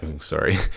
sorry